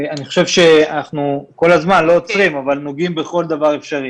אני חושב שאנחנו כל הזמן נוגעים בכל דבר אפשרי.